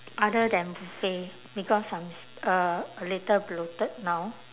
other than cafe because I'm s~ uh a little bloated now